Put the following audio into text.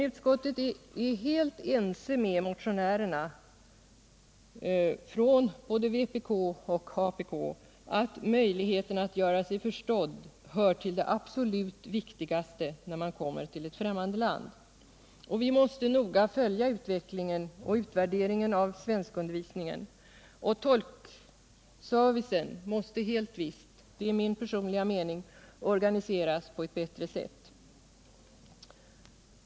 Utskottet är ense med motionärerna från både vpk och apk om att möjligheten att göra sig förstådd hör till det absolut viktigaste när man kommer till ett främmande land. Vi måste noga följa utvecklingen och utvärderingen av svenskundervisningen, och tolkservicen måste helt visst — det är min personliga mening — organiseras på ett bättre sätt.